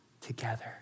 together